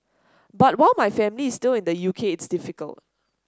but while my family is still in the U K it's difficult